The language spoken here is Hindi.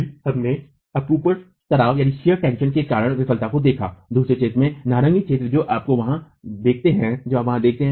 फिर हमने अपरूपण तनाव के कारण विफलता को देखा दूसरा क्षेत्र नारंगी क्षेत्र जो आप वहां देखते हैं